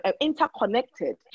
interconnected